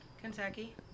Kentucky